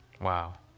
Wow